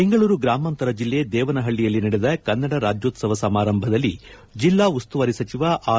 ಬೆಂಗಳೂರು ಗ್ರಾಮಾಂತರ ಜಿಲ್ಲೆ ದೇವನಹಳ್ಳಿಯಲ್ಲಿ ನಡೆದ ಕನ್ನಡ ರಾಜ್ಣೋತ್ಸವ ಸಮಾರಂಭದಲ್ಲಿ ಜಿಲ್ಲಾ ಉಸ್ತುವಾರಿ ಸಚಿವ ಆರ್